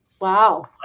Wow